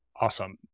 Awesome